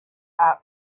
out